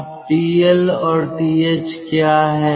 अब TL और TH क्या है